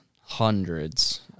hundreds